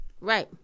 Right